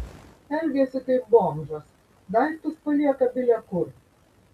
elgiasi kaip bomžas daiktus palieka bile kur